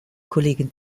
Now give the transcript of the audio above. kollegin